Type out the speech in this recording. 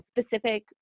specific